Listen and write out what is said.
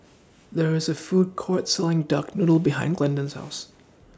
There IS A Food Court Selling Duck Noodle behind Glendon's House